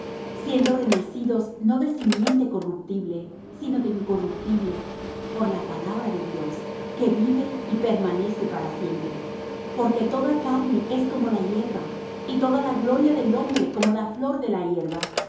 siendo renacidos no de simiente corruptible sino de incorruptible por la palabra de dios que vive y permanece para siempre porque toda carne es como la hierba y toda la gloria del hombre como la flor de la hierba